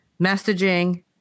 messaging